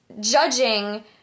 judging